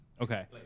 Okay